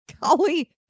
Golly